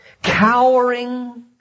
Cowering